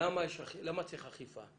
למה צריך אכיפה?